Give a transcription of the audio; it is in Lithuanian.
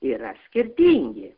yra skirtingi